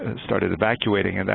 and started evacuating. and